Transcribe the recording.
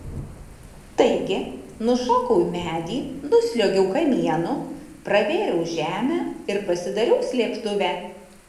taigi nušokau į medį nusliuogiau kamienu pravėriau žemę ir pasidariau slėptuvę